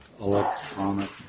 electronic